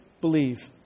believe